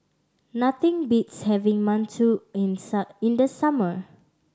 nothing beats having mantou in in the summer